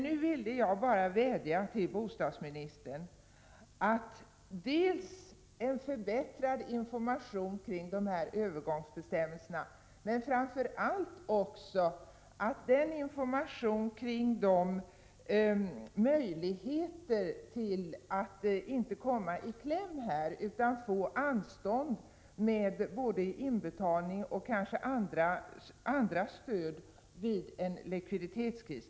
Nu vill jag bara vädja till bostadsministern dels om en förbättrad information kring övergångsbestämmelserna, dels och framför allt om information om de möjligheter som står till buds när det gäller att inte komma i kläm utan att också få anstånd med inbetalning och kanske även få annat stöd vid en likviditetskris.